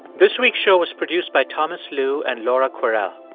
this week's show was produced by thomas lu and laura kwerel.